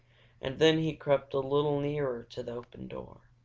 and then he crept a little nearer to the open door.